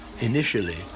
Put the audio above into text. initially